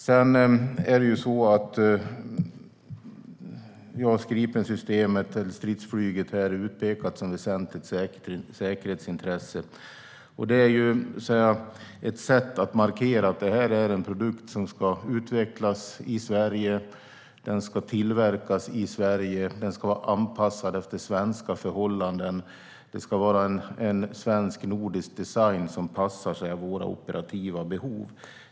Stridsflyget med JAS Gripen-systemet är utpekat som ett väsentligt säkerhetsintresse. Det är ett sätt att markera att det är en produkt som ska utvecklas i Sverige, ska tillverkas i Sverige och vara anpassad efter svenska förhållanden. Det ska vara en svensk-nordisk design som passar våra operativa behov.